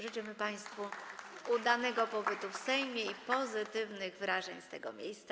Życzymy państwu udanego pobytu w Sejmie i pozytywnych wrażeń z tego miejsca.